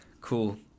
cool